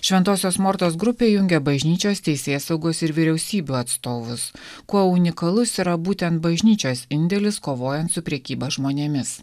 šventosios mortos grupė jungia bažnyčios teisėsaugos ir vyriausybių atstovus kuo unikalus yra būtent bažnyčios indėlis kovojant su prekyba žmonėmis